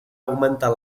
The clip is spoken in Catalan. augmentar